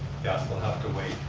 yeah they'll have to wait.